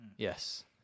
Yes